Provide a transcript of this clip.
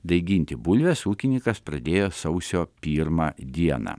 daiginti bulves ūkininkas pradėjo sausio pirmą dieną